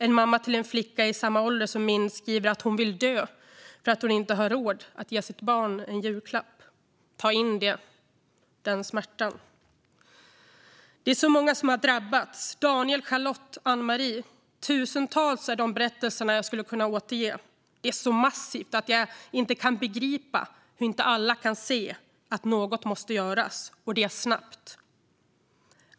En mamma till en flicka i samma ålder som min skriver att hon vill dö för hon har inte råd att ge sitt barn en julklapp. Ta in det, den smärtan! Det är många som har drabbats - Daniel, Charlotte och Ann-Marie. Tusentals är de berättelser jag skulle kunna återge. Det är så massivt att jag inte kan begripa att inte alla kan se att något måste göras, och det snabbt.